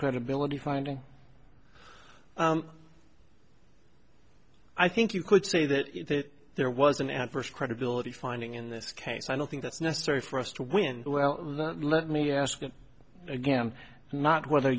credibility finding i think you could say that there was an adverse credibility finding in this case i don't think that's necessary for us to win well let me ask it again not whether